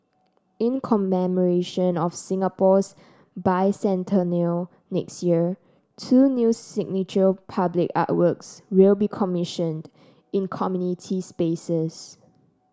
in commemoration of Singapore's Bicentennial next year two new signature public artworks will be commissioned in community spaces